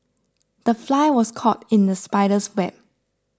the fly was caught in the spider's web